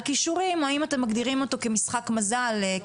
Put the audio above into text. כישורים או האם אתם מגדירים אותו כמשחק מזל,